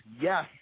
Yes